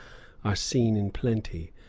are seen in plenty,